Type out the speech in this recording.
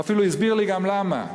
הוא אפילו הסביר לי גם למה,